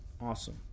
Awesome